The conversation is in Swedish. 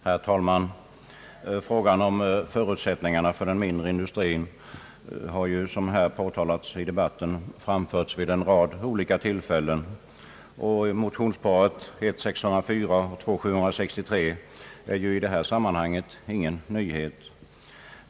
Herr talman! Frågan om förutsättningarna för den mindre industrin har ju, som nämnts här i debatten, framförts vid en rad olika tillfällen, och motionsparet I:604 och 1II:763 är i detta sammanhang ingen nyhet.